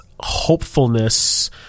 hopefulness